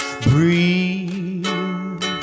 breathe